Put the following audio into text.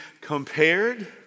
Compared